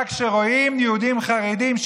רק כשרואים יהודים חרדים,